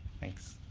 thanks.